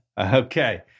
Okay